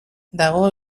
dago